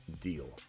deal